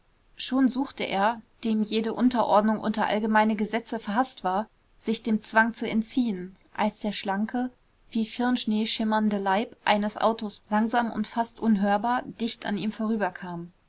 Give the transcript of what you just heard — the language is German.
schon suchte er dem jede unterordnung unter allgemeine gesetze verhaßt war sich dem zwang zu entziehen als der schlanke wie firnschnee schimmernde leib eines autos langsam und fast unhörbar dicht an ihm vorüberkam